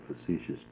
facetious